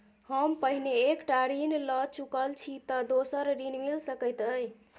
हम पहिने एक टा ऋण लअ चुकल छी तऽ दोसर ऋण मिल सकैत अई?